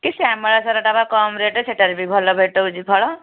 ଏଇ ସାରଟା ବି କମ୍ ରେଟ୍ ସେଟାରେ ବି ଭଲ ଭେଟଉଛି ଫଳ